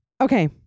Okay